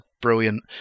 brilliant